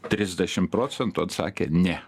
trisdešim procentų atsakė ne